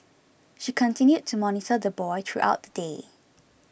she continued to monitor the boy throughout the day